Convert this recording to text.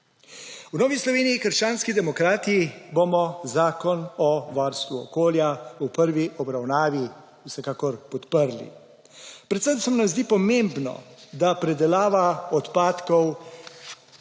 V Novi Sloveniji - krščanski demokrati bomo Zakon o varstvu okolja v prvi obravnavi vsekakor podprli. Predvsem se nam zdi pomembno, da predelava odpadkov